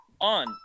On